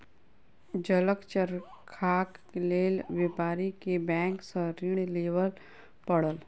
जलक चरखाक लेल व्यापारी के बैंक सॅ ऋण लिअ पड़ल